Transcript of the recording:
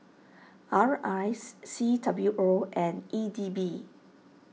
R I C W O and E D B